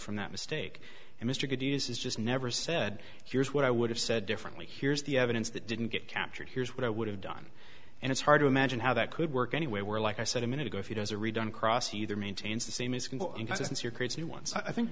from that mistake and mr good uses just never said here's what i would have said differently here's the evidence that didn't get captured here's what i would have done and it's hard to imagine how that could work anyway where like i said a minute ago if he does a read on cross either maintains the same is inconsistent you're crazy once i think